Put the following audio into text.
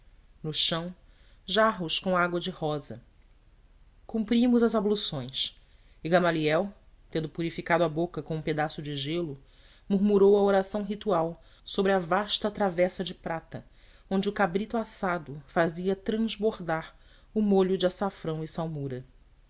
no chão jarros com água de rosa cumprimos as abluções e gamaliel tendo purificado a boca com um pedaço de gelo murmurou a oração ritual sobre a vasta travessa de prata onde o cabrito assado fazia transbordar o molho de açafrão e saumura